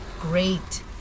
great